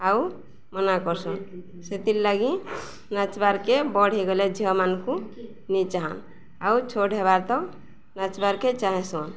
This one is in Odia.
ଆଉ ମନା କରସୁନ୍ ସେଥିର୍ ଲାଗି ନାଚିବାର୍ କେ ବଡ଼ ହେଇଗଲେ ଝିଅମାନଙ୍କୁ ନେଇ ଚାହନ୍ ଆଉ ଛୋଟ୍ ହେବାର ତ ନାଚିବାର୍ କେ ଚାହେଁସନ୍